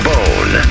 Bone